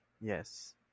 Yes